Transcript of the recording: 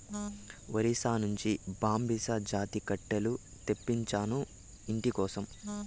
ఒరిస్సా నుంచి బాంబుసా జాతి కట్టెలు తెప్పించినాను, ఇంటి కోసరం